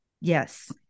Yes